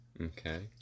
Okay